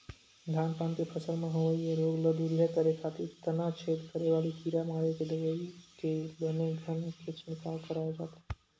धान पान के फसल म होवई ये रोग ल दूरिहा करे खातिर तनाछेद करे वाले कीरा मारे के दवई के बने घन के छिड़काव कराय जाथे